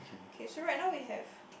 okay so right now we have